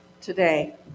today